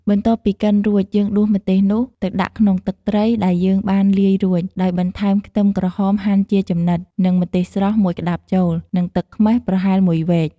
បន្ទាប់ពីកិនរួច យើងដួសម្ទេសនោះ ទៅដាក់ក្នុងទឹកត្រីដែលយើងបានលាយរួច ដោយបន្ថែមខ្ទឹមក្រហមហាន់ជាចំណិត និង ម្ទេសស្រស់ មួយក្ដាប់ចូល និងទឹកខ្មេះ ប្រហែលមួយវែក។